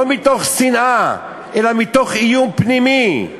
לא מתוך שנאה אלא מתוך איום פנימי,